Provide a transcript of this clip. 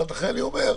לכן אני אומר: